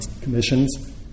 commissions